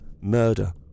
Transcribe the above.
murder